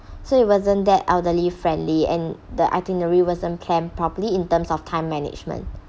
so it wasn't that elderly friendly and the itinerary wasn't planned properly in terms of time management